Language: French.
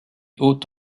haute